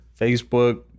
Facebook